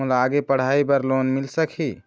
मोला आगे पढ़ई करे बर लोन मिल सकही?